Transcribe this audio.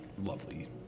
lovely